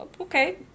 Okay